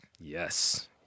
Yes